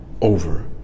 over